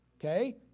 Okay